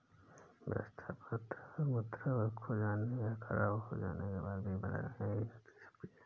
व्यवस्था पत्र मुद्रा खो जाने या ख़राब हो जाने के बाद भी बचाई जा सकती है